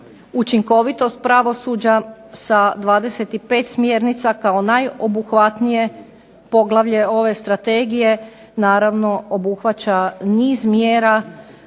učinkovitost pravosuđa sa 25 smjernica kao najobuhvatnije poglavlje ove strategije naravno obuhvaća niz mjera